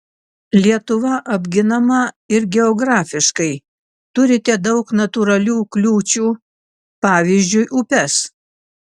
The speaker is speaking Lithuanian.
lietuva apginama ir geografiškai turite daug natūralių kliūčių pavyzdžiui upes